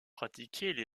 pratiquaient